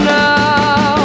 now